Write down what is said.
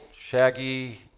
shaggy